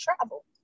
travel